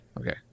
okay